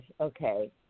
Okay